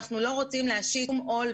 מי נכנס בנעלי